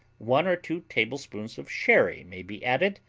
one or two tablespoons of sherry may be added.